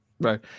Right